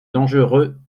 dangereux